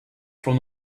from